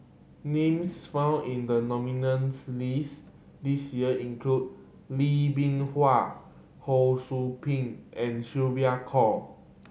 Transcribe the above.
names found in the nominees' list this year include Lee Bee Wah Ho Sou Ping and Sylvia Kho